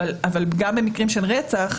אבל גם במקרים של רצח,